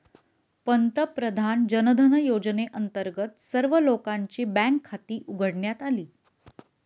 पंतप्रधान जनधन योजनेअंतर्गत सर्व लोकांची बँक खाती उघडण्यात आली